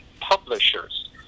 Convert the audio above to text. publishers